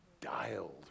dialed